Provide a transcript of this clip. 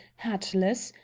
hatless,